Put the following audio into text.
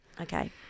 Okay